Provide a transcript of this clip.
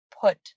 put